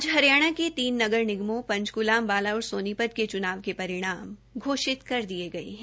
आज हरियाणा के तीन नगर निगामें पंचकूला अम्बाला और सोनीपत के च्नाव के परिणाम घोषित कर दिये गये है